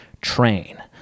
train